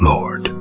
Lord